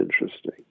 interesting